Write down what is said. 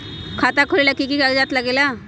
खाता खोलेला कि कि कागज़ात लगेला?